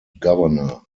governor